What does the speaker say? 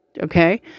Okay